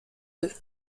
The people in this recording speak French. deux